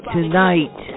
Tonight